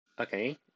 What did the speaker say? Okay